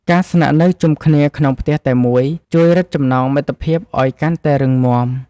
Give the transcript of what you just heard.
ការស្នាក់នៅជុំគ្នាក្នុងផ្ទះតែមួយជួយរឹតចំណងមិត្តភាពឱ្យកាន់តែរឹងមាំ។